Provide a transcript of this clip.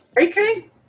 Okay